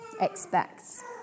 expects